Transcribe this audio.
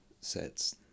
sets